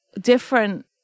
different